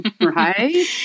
Right